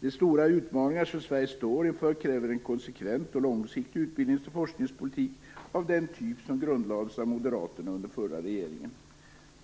De stora utmaningar som Sverige står inför kräver en konsekvent och långsiktig utbildnings och forskningspolitik av den typ som grundlades av Moderaterna under den förra regeringsperioden.